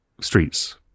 Streets